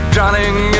Drowning